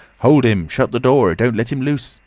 hold him! shut the door! don't let him loose!